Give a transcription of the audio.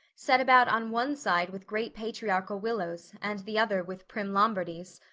set about on one side with great patriarchal willows and the other with prim lombardies.